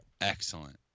excellent